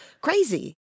crazy